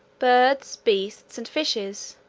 birds, beasts, and fishes,